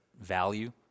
value